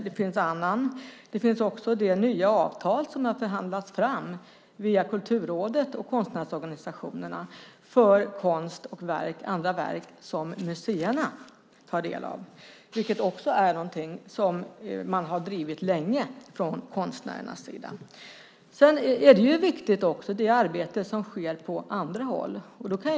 Det finns annan ersättning, och det finns också det nya avtal som har förhandlats fram via Kulturrådet och konstnärsorganisationerna för konst och andra verk som museerna har del av, vilket man också från konstnärernas sida har drivit länge. Det arbete som sker på andra håll är också viktigt.